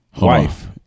wife